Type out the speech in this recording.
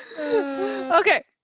Okay